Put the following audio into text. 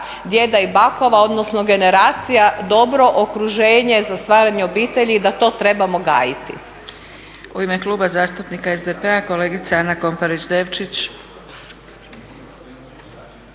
djeda i baka odnosno generacija, dobro okruženje za stvaranje obitelji i da to trebamo gajiti.